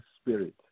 spirit